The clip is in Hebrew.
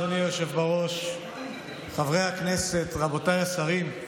אדוני היושב בראש, חברי הכנסת, רבותיי השרים,